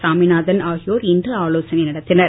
சாமிநாதன் ஆகியோர் இனறு ஆலோசனை நடத்தினர்